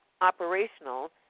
operational